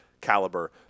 Caliber